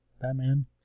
Batman